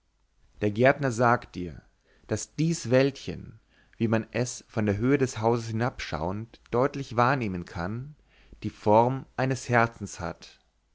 der gärtner sagt dir daß dies wäldchen wie man es von der höhe des hauses hinabschauend deutlich wahrnehmen kann die form eines herzens hat